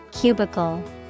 cubicle